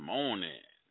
Morning